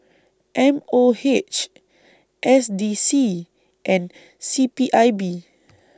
M O H S D C and C P I B